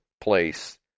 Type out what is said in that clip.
place